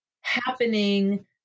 happening